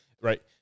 Right